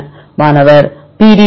மாணவர் pdbid